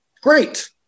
Great